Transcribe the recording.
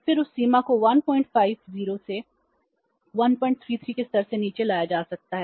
फिर उस सीमा को 150 से 133 के स्तर से नीचे लाया जा सकता है